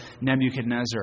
Nebuchadnezzar